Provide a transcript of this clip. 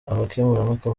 abakemurampaka